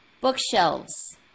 Bookshelves